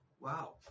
Wow